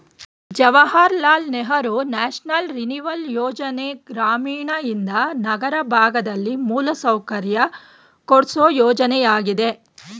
Jawahar Lal Nehru national renewal ಯೋಜನೆ ಗ್ರಾಮೀಣಯಿಂದ ನಗರ ಭಾಗದಲ್ಲಿ ಮೂಲಸೌಕರ್ಯ ಕೊಡ್ಸು ಯೋಜನೆಯಾಗಿದೆ